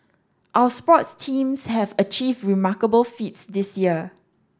our sports teams have achieved remarkable feats this year